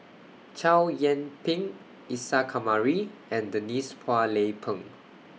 Chow Yian Ping Isa Kamari and Denise Phua Lay Peng